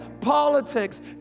politics